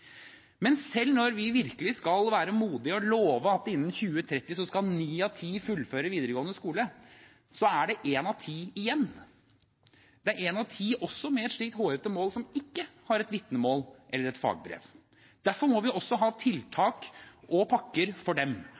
Men selv når vi virkelig skal være modige og love at innen 2030 skal ni av ti fullføre videregående skole, er det én av ti igjen. Det er én av ti som også med et slikt hårete mål ikke har et vitnemål eller et fagbrev. Derfor må vi også ha tiltak og pakker for dem.